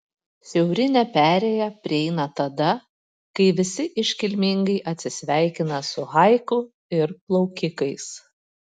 šiaurinę perėją prieina tada kai visi iškilmingai atsisveikina su haiku ir plaukikais